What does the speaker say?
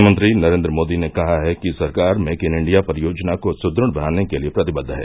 प्रधानमंत्री नरेन्द्र मोदी ने कहा है कि सरकार मेक इन इंडिया परियोजना को सुदृढ़ बनाने के लिए प्रतिबद्द है